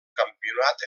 campionat